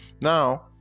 Now